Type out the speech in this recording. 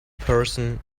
person